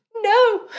no